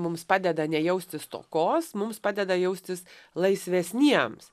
mums padeda nejausti stokos mums padeda jaustis laisvesniems